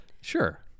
Sure